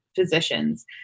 physicians